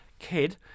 kid